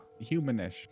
Humanish